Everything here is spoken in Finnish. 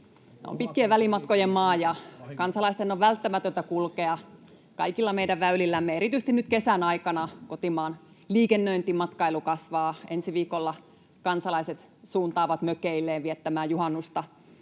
on pitkien välimatkojen maa, ja kansalaisten on välttämätöntä kulkea. Kaikilla meidän väylillämme erityisesti nyt kesän aikana kotimaan liikennöinti, matkailu, kasvaa. Ensi viikolla kansalaiset suuntaavat mökeilleen viettämään juhannusta,